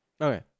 okay